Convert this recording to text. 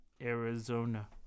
Arizona